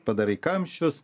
padarai kamščius